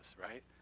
right